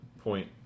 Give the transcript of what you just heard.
Point